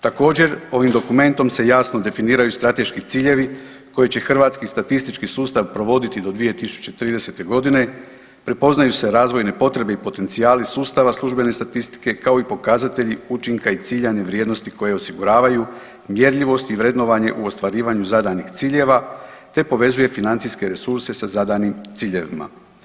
Također, ovim dokumentom se jasno definiraju strateški ciljevi koji će hrvatski statistički sustav provoditi do 2030. godine, prepoznaju se razvojne potrebe i potencijali sustava službene statistike kao i pokazatelji učinka i ciljane vrijednosti koje osiguravaju mjerljivost i vrednovanje u ostvarivanju zadanih ciljeva te povezuje financijske resurse sa zadanim ciljevima.